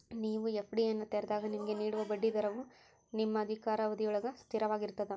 ನೇವು ಎ.ಫ್ಡಿಯನ್ನು ತೆರೆದಾಗ ನಿಮಗೆ ನೇಡುವ ಬಡ್ಡಿ ದರವ ನಿಮ್ಮ ಅಧಿಕಾರಾವಧಿಯೊಳ್ಗ ಸ್ಥಿರವಾಗಿರ್ತದ